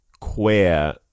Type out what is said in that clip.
queer